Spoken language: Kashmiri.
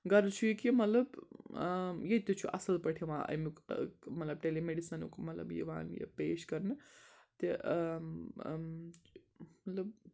غَرض چھُ یہِ کہِ مطلب ییٚتہِ تہِ چھُ اَصٕل پٲٹھۍ یِوان اَمیُک مطلب ٹیلی مِڈِسَنُک مطلب یِوان یہِ پیش کَرنہٕ تہِ مطلب